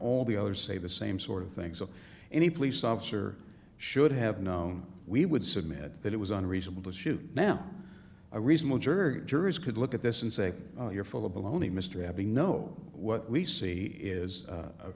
all the other say the same sort of things that any police officer should have known we would submit that it was unreasonable to shoot now a reasonable juror jurors could look at this and say you're full of baloney mr abbe no what we see is a